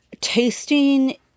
tasting